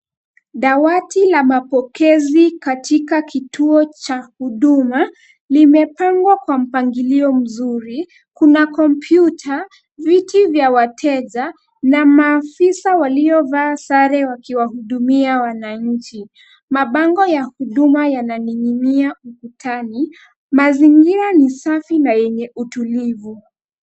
Dawati la mapokezi katika kituo cha huduma limepangwa kwa mpangilio mzuri. Kuna kompyuta, viti vya wateja na maafisa waliovaa sare wakiwahudumia wananchi. Mabango ya huduma yananing'inia ukutani. Mazingira ni safi na yenye utulivu.